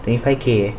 twenty five K leh